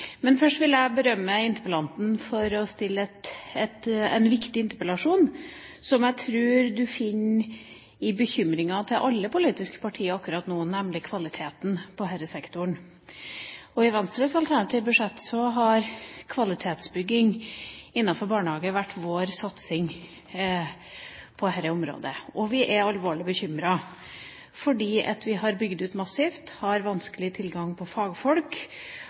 Først vil jeg berømme interpellanten for å stille en viktig interpellasjon, om det jeg tror er en bekymring hos alle politiske partier akkurat nå, nemlig kvaliteten på denne sektoren. I Venstres alternative budsjett har vi satset på kvalitetsbygging innenfor barnehagen. Vi er alvorlig bekymret, for vi har bygd ut massivt, og vi har vanskelig for å få tilgang på fagfolk.